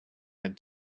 had